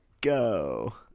Go